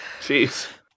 Jeez